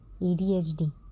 ADHD